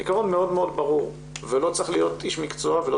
העיקרון מאוד מאוד ברור ולא צריך להיות איש מקצוע ולא